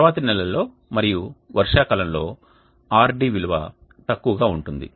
తరువాతి నెలల్లోమరియు వర్షాకాలంలో Rd విలువ తక్కువగా ఉంటుంది